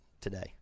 today